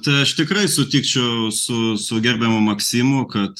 tai aš tikrai sutikčiau su su gerbiamu maksimu kad